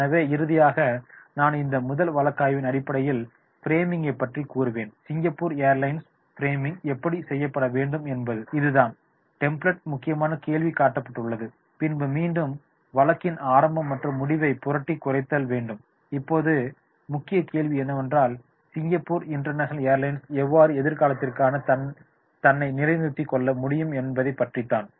எனவே இறுதியாக நான் இந்த முதல் வழக்காய்வின் அடிப்படையில் ஃப்ரேமிங்கைப் பற்றி கூறுவேன் சிங்கப்பூர் - ஏர்லைன்ஸின் ஃப்ரேமிங் எப்படி செய்யல்ப்பட வேண்டும் என்பது இதுதான் டெம்ப்ளடில் முக்கியமான கேள்வி காட்டப்பட்டுள்ளது பின்பு மீண்டும் வழக்கின் ஆரம்பம் மற்றும் முடிவை புரட்டி குறைத்தல் வேண்டும் இப்போது முக்கிய கேள்வி என்னவென்றால் சிங்கப்பூர் இன்டர்நேஷனல் ஏர்லைன்ஸ் எவ்வாறு எதிர்காலத்திற்காக தன்னை நிலைநிறுத்தி கொள்ள முடியும் என்பதை பற்றித்தான்